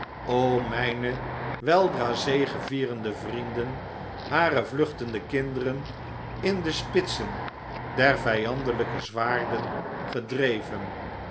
o mijne weldra zegevierende vrienden hare vluchtende kinderen in de spitsen der vijandelijke zwaarden gedreven